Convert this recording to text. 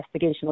investigational